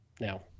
Now